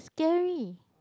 scary